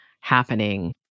happening